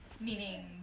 meaning